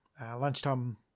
Lunchtime